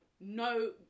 no